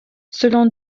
selon